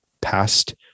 past